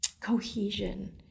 cohesion